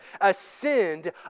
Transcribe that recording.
ascend